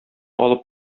алып